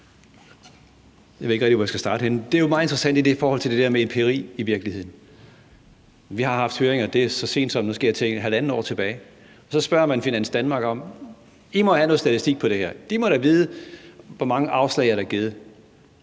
meget interessant i forhold til det der med empiri. Vi har haft høringer så sent som – og nu skal jeg tænke – halvandet år tilbage, og så spørger man Finans Danmark, om de har noget statistik på det her, og de må da vide, hvor mange afslag der er givet.